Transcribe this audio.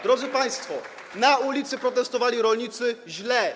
Drodzy państwo, na ulicy protestowali rolnicy - źle.